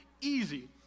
Easy